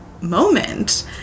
moment